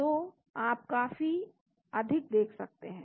तो आप काफी अधिक देख सकते हैं